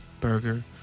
burger